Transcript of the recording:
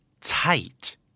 tight